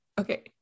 okay